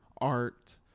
art